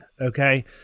okay